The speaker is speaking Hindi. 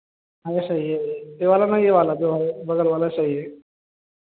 हाँ भाईसाहब यह यह वाला नहीं यह वाला जो है बगल वाला सही है